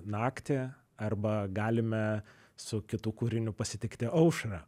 naktį arba galime su kitu kūriniu pasitikti aušrą